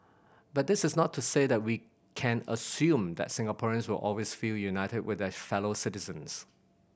but this is not to say that we can assume that Singaporeans will always feel united with their fellow citizens